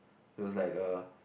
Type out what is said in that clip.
it was like a